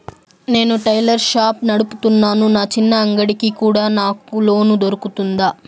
నేను tailor shop నడుపుతున్నాను, నా చిన్న అంగడి కి కూడా నాకు లోను దొరుకుతుందా?